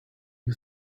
you